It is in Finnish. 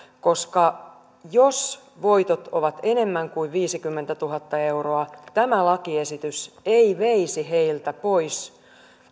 koska jos voitot ovat enemmän kuin viisikymmentätuhatta euroa tämä lakiesitys ei veisi heiltä pois